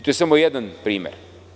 To je samo jedan primer.